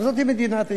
אבל זו מדינת היהודים,